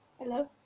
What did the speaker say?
Hello